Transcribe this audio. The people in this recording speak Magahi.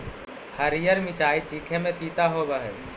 हरीअर मिचाई चीखे में तीता होब हई